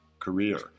career